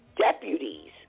deputies